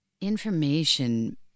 information